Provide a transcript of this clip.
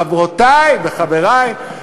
חברותי וחברי,